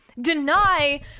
deny